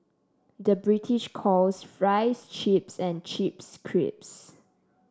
the British calls fries chips and chips crisps